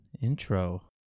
Intro